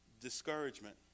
discouragement